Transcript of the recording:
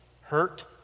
hurt